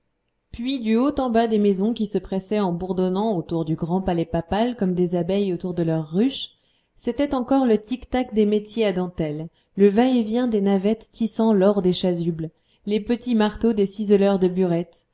puis du haut en bas des maisons qui se pressaient en bourdonnant autour du grand palais papal comme des abeilles autour de leur ruche c'était encore le tic tac des métiers à dentelles le va-et-vient des navettes tissant l'or des chasubles les petits marteaux des ciseleurs de burettes